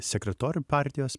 sekretorium partijos